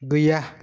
गैया